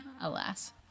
alas